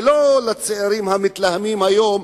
ולא לצעירים המתלהמים היום,